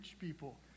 people